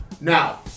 now